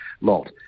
lot